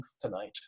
tonight